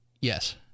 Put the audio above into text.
Yes